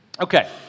Okay